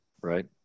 right